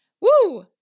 Woo